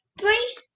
three